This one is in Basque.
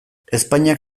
ezpainak